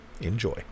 Enjoy